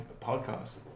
podcast